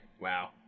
wow